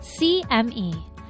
cme